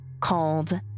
called